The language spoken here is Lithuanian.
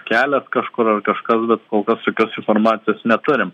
kelias kažkur ar kažkas bet kol kas jokios informacijos neturim